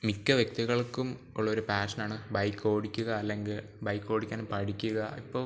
മിക്ക വ്യക്തികൾക്കും ഉള്ളൊരു പാഷൻ ആണ് ബൈക്ക് ഓടിക്കുക അല്ലെങ്കിൽ ബൈക്ക് ഓടിക്കാൻ പഠിക്കുക ഇപ്പോൾ